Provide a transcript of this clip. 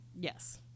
Yes